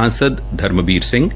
सांसद धर्मवीर सिंह